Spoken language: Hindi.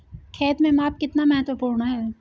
खेत में माप कितना महत्वपूर्ण है?